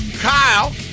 Kyle